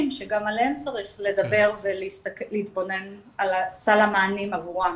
שגם עליהם צריך לדבר ולהתבונן על סל המענים עבורם,